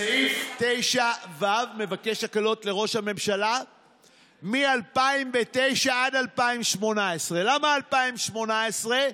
9(ו) מבקש הקלות לראש הממשלה מ-2009 עד 2018. למה 2018?